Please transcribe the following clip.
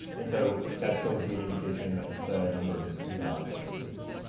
and so that's going to be an indication that the number is invalid, for instance.